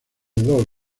dos